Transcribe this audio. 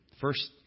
First